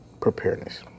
Preparedness